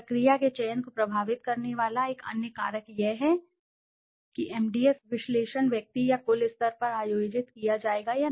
प्रक्रिया के चयन को प्रभावित करने वाला एक अन्य कारक यह है कि एमडीएस विश्लेषण व्यक्ति या कुल स्तर पर आयोजित किया जाएगा या नहीं